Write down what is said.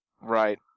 Right